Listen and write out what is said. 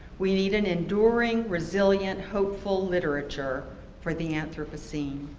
we need an enduring, resilient, hopeful literature for the anthropocene.